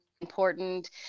important